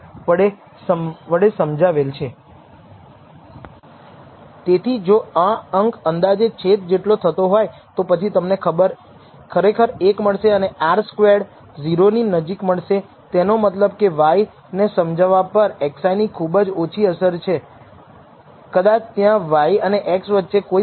તેથી જો આ અંક અંદાજે છેદ જેટલો થતો હોય તો પછી તમને ખરેખર 1 મળશે અને R સ્ક્વેરડ 0 ની નજીક મળશે તેનો મતલબ કે y ને સમજાવવા પર xi ની ખૂબ જ ઓછી અસર છે કદાચ ત્યાં y અને x વચ્ચે કોઈ સંબંધ નથી